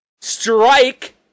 Strike